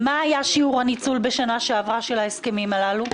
מה היה שיעור הניצול בשנה שעברה של ההסכמים הללו?